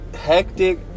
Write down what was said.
hectic